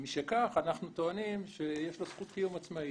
ומשכך אנחנו טוענים שיש לו זכות קיום עצמאית.